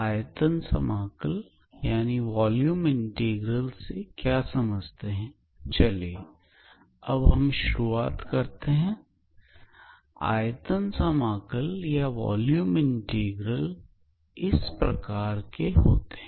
आयतन समाकल से हम क्या समझते हैं चलिए अब हम शुरुआत करते हैं आयतन समाकल या volume Integral इस प्रकार के होते हैं